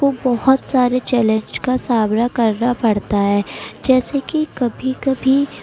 کوبہت سارے چیلنج کا سامنا کرنا پڑتا ہے جیسے کہ کبھی کبھی